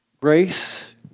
Grace